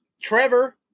Trevor